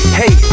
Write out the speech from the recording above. hey